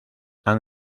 han